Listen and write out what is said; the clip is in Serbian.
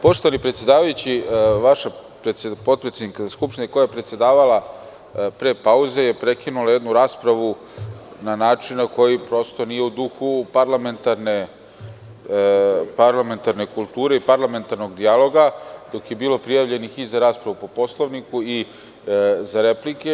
Poštovani predsedavajući, potpredsednik Skupštine, koja je predsedavala pre pauze, je prekinula jednu raspravu, na način koji nije u duhu parlamentarne kulture i parlamentarnog dijaloga, dok je bilo prijavljenih i za raspravu po Poslovniku i za replike.